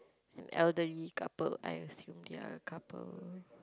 elderly couple I assume they are a couple